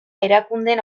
erakundeen